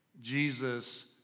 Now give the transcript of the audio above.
Jesus